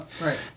Right